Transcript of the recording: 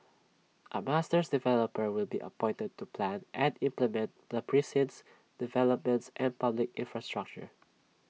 A master developer will be appointed to plan and implement the precinct's developments and public infrastructure